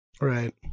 right